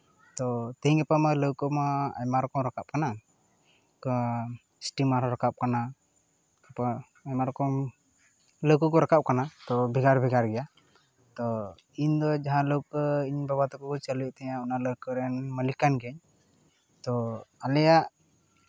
ᱛᱚ ᱛᱮᱦᱮᱧ ᱜᱟᱯᱟ ᱢᱟ ᱞᱟᱹᱣᱠᱟᱹ ᱢᱟ ᱟᱭᱢᱟ ᱨᱚᱠᱚᱢ ᱨᱟᱠᱟᱵ ᱠᱟᱱᱟ ᱛᱚ ᱤᱥᱴᱤᱢᱟᱨ ᱦᱚᱸ ᱨᱟᱠᱟᱵ ᱠᱟᱱᱟ ᱛᱟᱨᱯᱚᱨ ᱟᱭᱢᱟ ᱨᱚᱠᱚᱢ ᱞᱟᱹᱣᱠᱟᱹ ᱠᱚ ᱨᱟᱠᱟᱵ ᱠᱟᱱᱟ ᱛᱚ ᱵᱷᱮᱜᱟᱨ ᱵᱷᱮᱜᱟᱨ ᱜᱮᱭᱟ ᱛᱚ ᱤᱧ ᱫᱚ ᱡᱟᱦᱟᱸ ᱞᱟᱹᱣᱠᱟᱹ ᱤᱧ ᱵᱟᱵᱟ ᱛᱟᱠᱚ ᱠᱚ ᱪᱟᱹᱞᱩᱭᱮᱜ ᱛᱟᱦᱮᱱᱟ ᱚᱱᱟ ᱞᱟᱹᱣᱠᱟᱹ ᱨᱮᱱ ᱢᱟᱹᱞᱤᱠ ᱠᱟᱱ ᱜᱮᱭᱟᱹᱧ ᱛᱚ ᱟᱞᱮᱭᱟᱜ